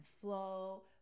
flow